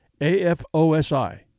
AFOSI